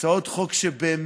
הצעות חוק שבאמת